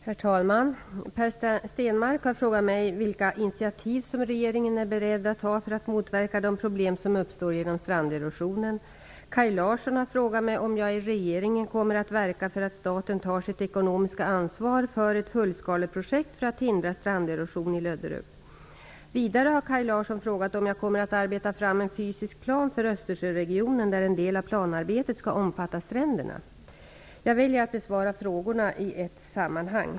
Herr talman! Per Stenmarck har frågat mig vilka initiativ som regeringen är beredd att ta för att motverka de problem som uppstår genom stranderosionen. Kaj Larsson har frågat mig om jag i regeringen kommer att verka för att staten tar sitt ekonomiska ansvar för ett fullskaleprojekt för att hindra stranderosion i Löderup. Vidare har Kaj Larsson frågat om jag kommer att arbeta fram en fysisk plan för Östersjöregionen där en del av planarbetet skall omfatta stränderna. Jag väljer att besvara frågorna i ett sammanhang.